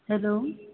hello